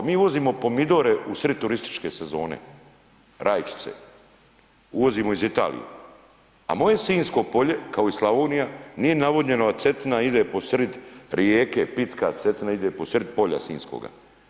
Mi uvozimo pomidore u srid turističke sezone, rajčice uvozimo iz Italije, a moje sinjsko polje, kao i Slavonija nije navodnjeno, a Cetina ide po srid rijeke, pitka Cetina ide pod srid polja sinjskoga.